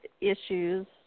Issues